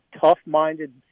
tough-minded